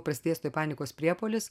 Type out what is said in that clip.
prasidės tuoj panikos priepuolis